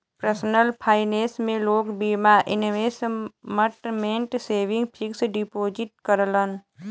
personal finance में लोग बीमा, इन्वेसमटमेंट, सेविंग, फिक्स डिपोजिट करलन